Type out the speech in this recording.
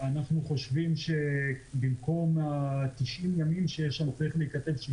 לדעתנו, במקום 90 ימים צריך להיות 60 ימים.